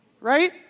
right